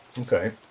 Okay